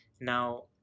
now